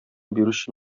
бирүче